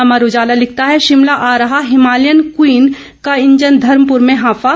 अमर उजाला लिखता है शिमला आ रहा हिमालयन क्वीन का इंजन धर्मपुर में हांफा